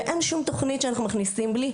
ואין שום תוכנית שאנחנו מכניסים בלי.